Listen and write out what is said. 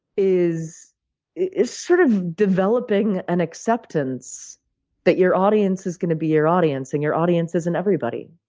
is is sort of developing an acceptance that your audience is gonna be your audience, and your audience isn't everybody.